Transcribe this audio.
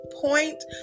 Point